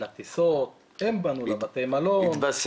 לטיסות, לבתי המלון הם בנו.